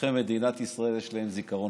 שאזרחי מדינת ישראל, יש להם זיכרון